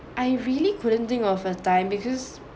I really couldn't think of a time because